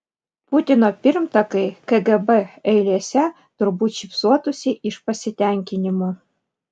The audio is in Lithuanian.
putino pirmtakai kgb eilėse turbūt šypsotųsi iš pasitenkinimo